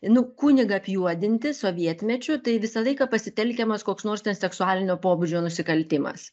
nu kunigą apjuodinti sovietmečiu tai visą laiką pasitelkiamas koks nors ten seksualinio pobūdžio nusikaltimas